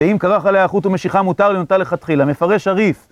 ואם כרך עליה חוט ומשיחה מותר לנטותה לכתחילה. מפרש הרי"ף